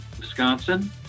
Wisconsin